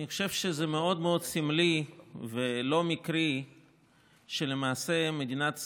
אני חושב שזה מאוד מאוד סמלי ולא מקרי שלמעשה מדינת ישראל,